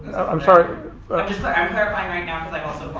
i'm sorry i'm clarifying right now because i